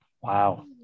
Wow